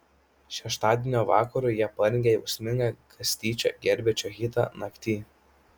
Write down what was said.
šeštadienio vakarui jie parengė jausmingą kastyčio kerbedžio hitą nakty